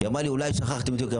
היא אמרה לי, אולי שכחתם ---.